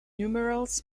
numerals